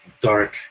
dark